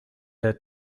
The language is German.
der